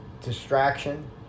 distraction